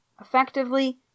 Effectively